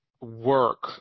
work